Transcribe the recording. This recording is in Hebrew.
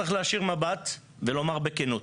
צריך להישיר מבט ולומר בכנות,